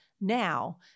now